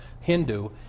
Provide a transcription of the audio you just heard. Hindu